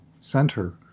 center